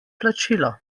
plačilo